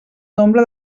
nombre